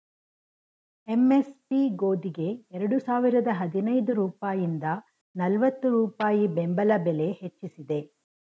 MSP ಗೋದಿಗೆ ಎರಡು ಸಾವಿರದ ಹದಿನೈದು ರೂಪಾಯಿಂದ ನಲ್ವತ್ತು ರೂಪಾಯಿ ಬೆಂಬಲ ಬೆಲೆ ಹೆಚ್ಚಿಸಿದೆ